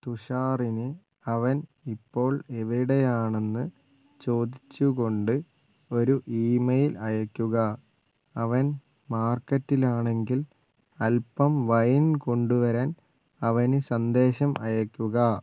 തുഷാറിന് അവൻ ഇപ്പോൾ എവിടെയാണെന്ന് ചോദിച്ചു കൊണ്ട് ഒരു ഇമെയിൽ അയക്കുക അവൻ മാർക്കറ്റിലാണെങ്കിൽ അൽപ്പം വൈൻ കൊണ്ടുവരാൻ അവന് സന്ദേശം അയക്കുക